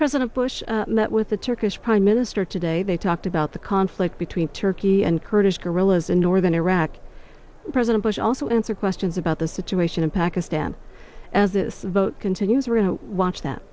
president bush met with the turkish prime minister today they talked about the conflict between turkey and kurdish guerillas in northern iraq president bush also answer questions about the situation in pakistan as this vote continues